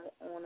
on